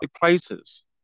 places